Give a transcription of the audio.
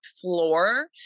floor